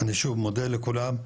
אני שוב מודה לכולם,